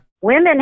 Women